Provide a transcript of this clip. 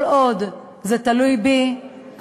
כל עוד זה תלוי בי,